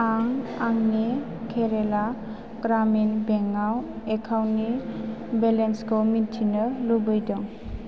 आं आंनि केरेला ग्रामिन बैंकआव एकाउन्टनि बेलेन्सखौ मिथिनो लुबैदों